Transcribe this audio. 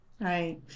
Right